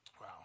Wow